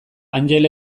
angel